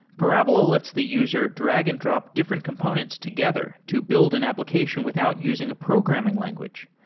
parabola lets the user drag and drop different components together to build an application without using a programming language.